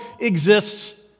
exists